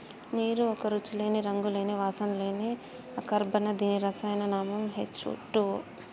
నీరు ఒక రుచి లేని, రంగు లేని, వాసన లేని అకర్బన దీని రసాయన నామం హెచ్ టూవో